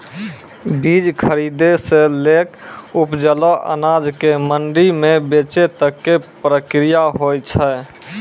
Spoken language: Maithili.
बीज खरीदै सॅ लैक उपजलो अनाज कॅ मंडी म बेचै तक के प्रक्रिया हौय छै